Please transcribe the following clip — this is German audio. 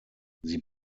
sie